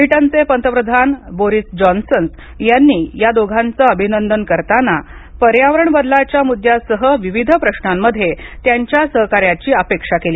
ब्रिटनचे पंतप्रधान Boris Johnson यांनी या दोघांचे अभिनंदन करताना पर्यावरण बदलाच्या मुद्द्यासह विविध प्रश्नांमध्ये त्यांच्या सहकार्याची अपेक्षा केली